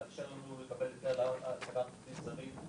לאפשר לנו לקבל היתר להעסקת עובדים זרים.